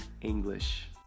English